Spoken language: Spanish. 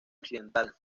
occidental